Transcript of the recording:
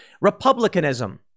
Republicanism